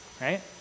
Right